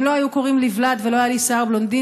אם לא היו קוראים לי ולד ולא היה לי שיער בלונדיני,